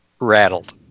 rattled